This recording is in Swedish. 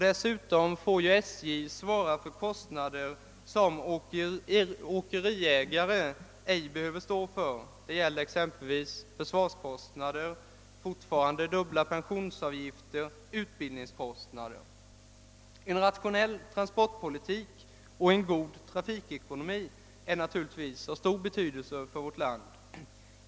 Dessutom får ju SJ svara för kostnader som åkeriägare inte behöver stå för. Det gäller exempelvis försvarskostnader, dubbla pensionsavgifter och utbildningskostnader. En rationell transportpolitik och en god trafikekonomi är naturligtvis av stor betydelse för vårt land.